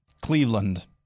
Cleveland